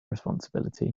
responsibility